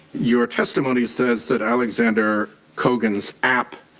your testimony said that alexander cogan's app